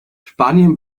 spanien